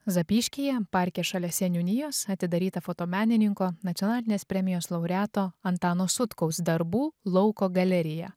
zapyškyje parke šalia seniūnijos atidaryta fotomenininko nacionalinės premijos laureato antano sutkaus darbų lauko galerija